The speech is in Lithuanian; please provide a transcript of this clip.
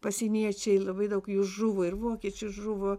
pasieniečiai labai daug jų žuvo ir vokiečių žuvo